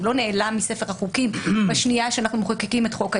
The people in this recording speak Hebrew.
הוא לא נעלם מספר החוקים בשנייה שאנחנו מחוקקים את חוק היסוד.